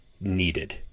needed